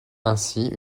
ainsi